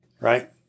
right